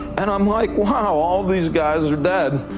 and i'm like, wow, all these guys are dead.